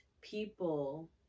people